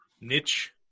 Niche